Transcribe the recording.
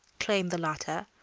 exclaimed the latter,